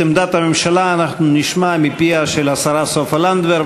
את עמדת הממשלה אנחנו נשמע מפי השרה סופה לנדבר.